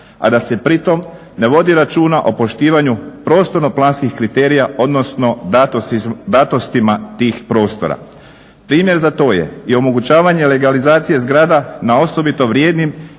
a da se pritom ne vodi računa o poštivanju prostorno-planskih kriterija, odnosno datostima tih prostora. Primjer za to je i omogućavanje legalizacije zgrada na osobito vrijednim